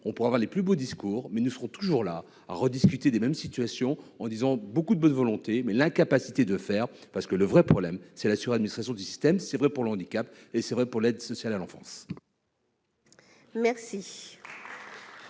on pourra voir les plus beaux discours, mais nous serons toujours là à rediscuter des mêmes situations en disons beaucoup de bonne volonté mais l'incapacité de faire parce que le vrai problème c'est la sur administration du système, c'est vrai pour le handicap et c'est vrai pour l'aide sociale à l'enfance. Merci.